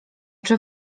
czy